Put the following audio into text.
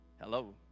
Hello